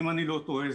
אם אני לא טועה,